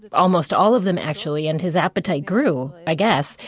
but almost all of them actually, and his appetite grew, i guess.